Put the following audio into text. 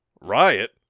riot